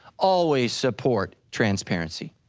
always support transparency.